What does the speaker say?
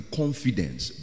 confidence